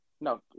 No